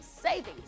savings